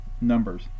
numbers